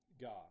God